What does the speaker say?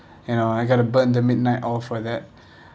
you know I got to burn the midnight oil for that